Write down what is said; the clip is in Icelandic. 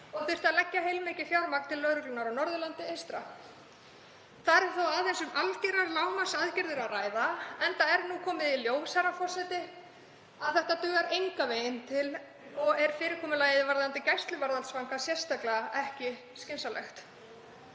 það þyrfti að leggja heilmikið fjármagn til lögreglunnar á Norðurlandi eystra. Þar er þó aðeins um algerar lágmarksaðgerðir að ræða, enda er nú komið í ljós, herra forseti, að þetta dugar engan veginn til og er fyrirkomulagið varðandi gæsluvarðhaldsfanga sérstaklega ekki skynsamlegt.